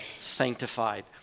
sanctified